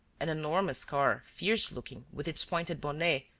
an enormous car, fierce-looking, with its pointed bonnet,